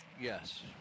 Yes